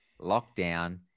lockdown